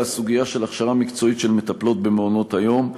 הסוגיה של הכשרה מקצועית של מטפלות במעונות-היום.